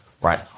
right